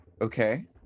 Okay